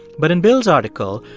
but in bill's article,